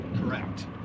Correct